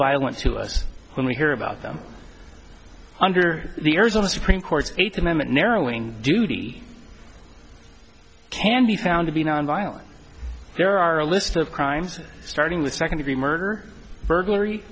violent to us when we hear about them under the earth of the supreme court's eighth amendment narrowing duty can be found to be nonviolent there are a list of crimes starting with second degree murder burglary